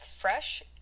fresh